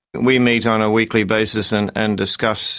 we meet on a weekly basis and and discuss